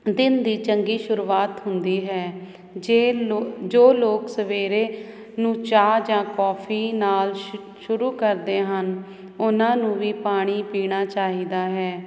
ਦਿਨ ਦੀ ਚੰਗੀ ਸ਼ੁਰੂਆਤ ਹੁੰਦੀ ਹੈ ਜੇ ਜੋ ਲੋਕ ਸਵੇਰੇ ਨੂੰ ਚਾਹ ਜਾਂ ਕਾਫੀ ਨਾਲ ਸ਼ੁਰੂ ਕਰਦੇ ਹਨ ਉਹਨਾਂ ਨੂੰ ਵੀ ਪਾਣੀ ਪੀਣਾ ਚਾਹੀਦਾ ਹੈ